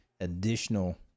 additional